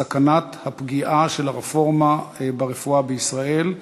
סכנת הפגיעה של הרפורמה ברפואה בישראל,